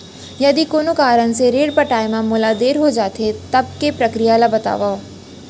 यदि कोनो कारन ले ऋण पटाय मा मोला देर हो जाथे, तब के प्रक्रिया ला बतावव